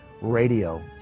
radio